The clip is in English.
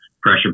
pressure